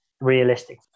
realistic